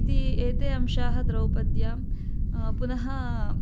इति एते अंशाः द्रौपद्यां पुनः